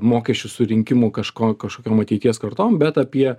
mokesčių surinkimų kažko kažkokiom ateities kartom bet apie